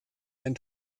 ein